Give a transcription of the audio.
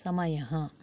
समयः